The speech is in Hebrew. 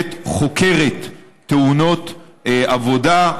בהחלט חוקרת תאונות עבודה,